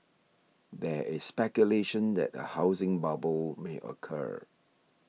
there is speculation that a housing bubble may occur